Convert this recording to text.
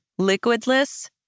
liquidless